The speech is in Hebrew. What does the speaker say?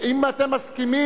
אם אתם מסכימים,